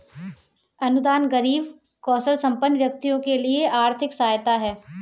अनुदान गरीब कौशलसंपन्न व्यक्तियों के लिए आर्थिक सहायता है